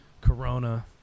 Corona